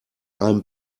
einem